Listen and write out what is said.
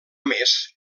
més